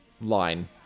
line